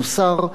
יוסר,